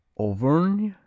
Auvergne